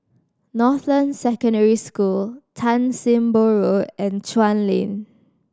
Northland Secondary School Tan Sim Boh Road and Chuan Lane